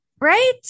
Right